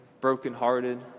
brokenhearted